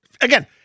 again